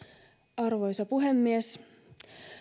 arvoisa puhemies